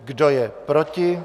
Kdo je proti?